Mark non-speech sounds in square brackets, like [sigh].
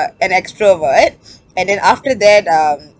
an extrovert [breath] and then after that um